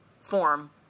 form